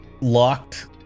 locked